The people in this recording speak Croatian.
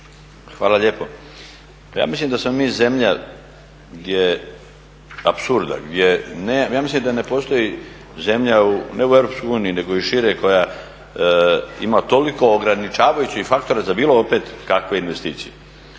Hvala lijepo. Pa ja mislim da smo mi zemlja apsurda gdje, ja mislim da ne postoji zemlja ne u EU nego i šire koja ima toliko ograničavajućih faktora za bilo opet kakve investicije.